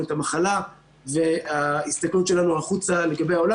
את המחלה וההסתכלות שלנו החוצה לגבי העולם.